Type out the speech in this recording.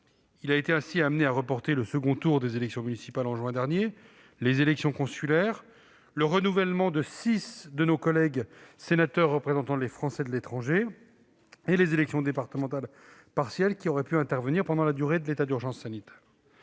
Il a ainsi été amené à reporter le second tour des élections municipales en juin dernier, les élections consulaires, le renouvellement de six de nos collègues sénateurs représentant les Français de l'étranger, ainsi que les élections départementales partielles qui auraient pu intervenir pendant la durée de l'état d'urgence sanitaire.